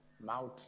mouth